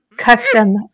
Custom